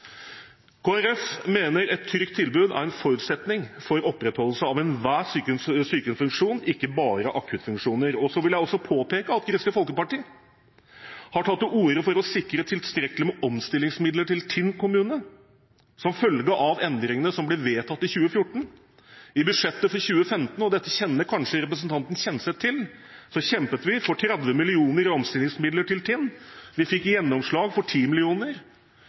mener et trygt tilbud er en forutsetning for opprettholdelse av enhver sykehusfunksjon, ikke bare akuttfunksjoner. Så vil jeg også påpeke at Kristelig Folkeparti har tatt til orde for å sikre tilstrekkelig med omstillingsmidler til Tinn kommune som følge av endringene som ble vedtatt i 2014. I budsjettet for 2015, og dette kjenner kanskje representanten Kjenseth til, kjempet vi for 30 mill. kr i omstillingsmidler til Tinn. Vi fikk gjennomslag for